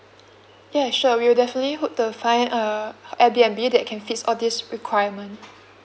ya sure we will definitely hope to find a Airbnb that can fit all these requirement